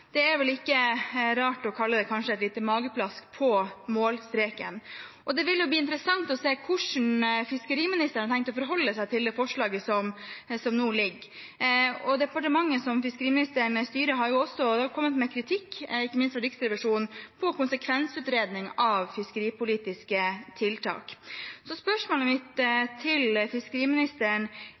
Det er vel ikke rart å kalle det et lite mageplask på målstreken, og det vil bli interessant å se hvordan fiskeriministeren har tenkt å forholde seg til forslaget som nå er framlagt. Departementet som fiskeriministeren styrer, har også kommet med kritikk, og ikke minst Riksrevisjonen, når det gjelder konsekvensutredning av fiskeripolitiske tiltak. Spørsmålet mitt til fiskeriministeren